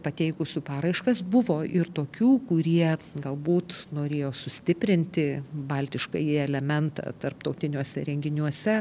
pateikusių paraiškas buvo ir tokių kurie galbūt norėjo sustiprinti baltiškąjį elementą tarptautiniuose renginiuose